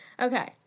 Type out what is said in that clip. Okay